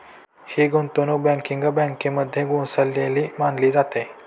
ही गुंतवणूक बँकिंग बँकेमध्ये मिसळलेली मानली जाते